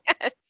Yes